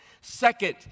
Second